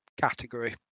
category